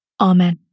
Amen